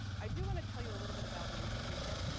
i do wanna tell you a little bit about the institution